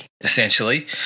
essentially